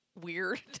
weird